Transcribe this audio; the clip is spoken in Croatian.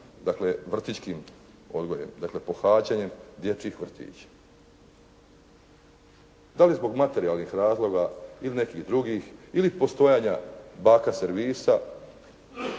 vrtićkim odgojem, dakle pohađanjem dječjih vrtića. Dali zbog materijalnih razloga ili nekih drugih ili postojanja baka servisa,